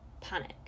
panic